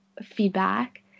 feedback